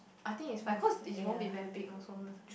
I think is fine cause it won't be very big also